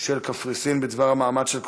של קפריסין בדבר המעמד של כוחותיהן,